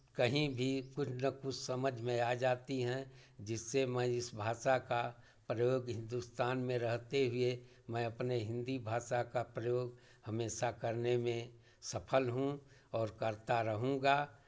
कहीं भी कुछ ना कुछ समझ में आ जाती हैं जिससे मैं इस भाषा का प्रयोग हिन्दुस्तान में रहते हुए मैं अपने हिन्दी भाषा का प्रयोग हमेषा करने में सफल हूँ और करता रहूँगा